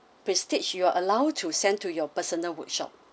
prestige you are allowed to send to your personal workshop